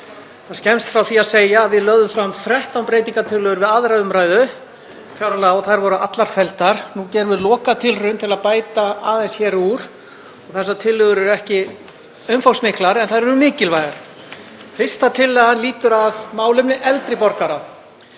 Það er skemmst frá því að segja að við lögðum fram 13 breytingartillögur við 2. umr. fjárlaga og þær voru allar felldar. Nú gerum við lokatilraun til að bæta aðeins úr og þessar tillögur eru ekki umfangsmiklar en þær eru mikilvægar. Fyrsta tillagan lýtur að málefnum eldri borgara.